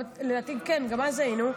כן, גם אז היינו.